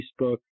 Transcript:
Facebook